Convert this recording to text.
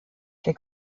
der